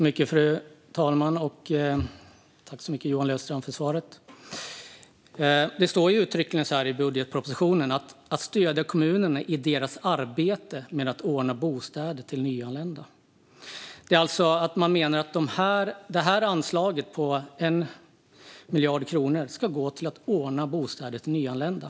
Fru talman! I budgetpropositionen står det uttryckligen "att stödja kommunerna i deras arbete med att ordna bosättning till nyanlända". Man menar alltså att det här anslaget på 1 miljard kronor ska gå till att ordna bostäder till nyanlända.